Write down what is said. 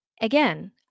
again